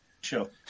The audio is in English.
Sure